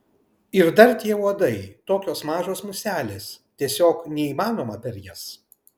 ir dar tie uodai tokios mažos muselės tiesiog neįmanoma per jas